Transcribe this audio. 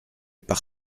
par